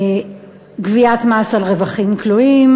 גביית מס על רווחים כלואים,